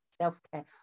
self-care